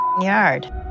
yard